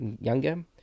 younger